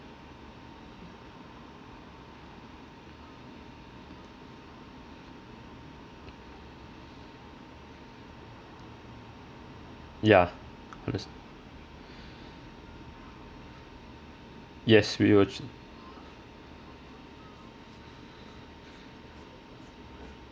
ya yes we will